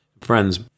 friends